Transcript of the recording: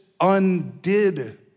undid